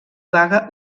baga